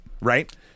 right